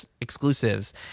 exclusives